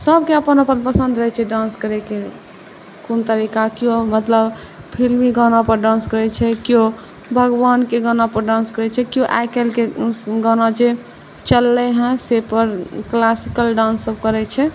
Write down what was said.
सबके अपन अपन पसन्द रहै छै डान्स करैके कोन तरीका किओ मतलब फिलमी गानापर डान्स करै छै किओ भगवानके गानापर डान्स करै छै किओ आइकाल्हिके गाना जे चललै हँ से पर क्लासिकल डान्स सब करै छै